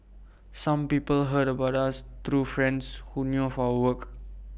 some people heard about us through friends who knew of our work